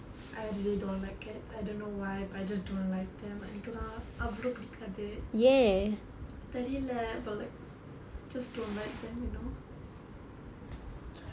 I really don't like cats I don't know why but I just don't like them and எனக்கு தான் அவ்வளவு பிடிக்காது தெரியில:enakku thaan avvalvu pidikkaathu theriyila but like just don't like them you know